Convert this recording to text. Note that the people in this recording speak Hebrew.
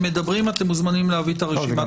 מדברים אתם מוזמנים להביא את רשימת החוקים.